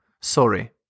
sorry